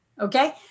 Okay